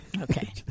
Okay